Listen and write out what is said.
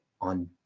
on